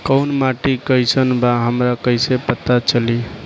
कोउन माटी कई सन बा हमरा कई से पता चली?